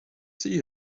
see